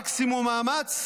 מקסימום מאמץ,